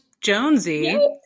Jonesy